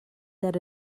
that